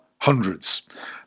hundreds